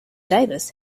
davis